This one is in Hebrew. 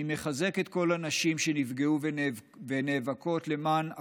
אני מחזק את כל הנשים שנפגעו ונאבקות למען אחרות,